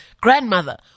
grandmother